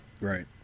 Right